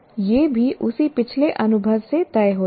यह भी उसी पिछले अनुभव से तय होता है